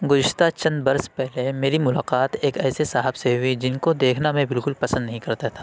گُزشتہ چند برس پہلے میری ملاقات ایک ایسے صاحب سے ہوئی جن کو دیکھنا میں بالکل پسند نہیں کرتا تھا